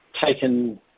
taken